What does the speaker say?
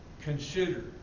consider